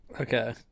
Okay